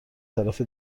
طرف